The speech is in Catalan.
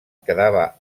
quedava